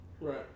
Right